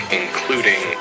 including